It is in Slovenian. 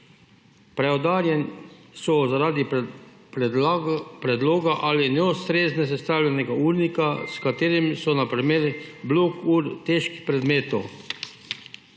Preobremenjeni so zaradi predolgega ali neustrezno sestavljenega urnika, na katerem so na primer blok ure težkih predmetov.